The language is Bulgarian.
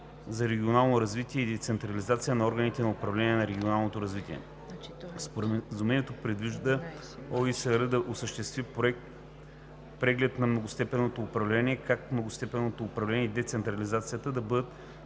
за регионално развитие и децентрализация на органите за управление на регионалното развитие. Споразумението предвижда ОИСР да осъществи Проект „Преглед на многостепенното управление – как многостепенното управление и децентрализацията да бъдат